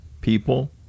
people